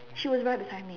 she was right beside me